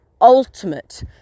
ultimate